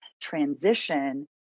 transition